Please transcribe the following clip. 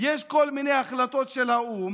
יש כל מיני החלטות של האו"ם,